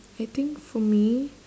I think for me